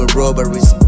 robberies